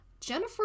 Jennifer